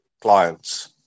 clients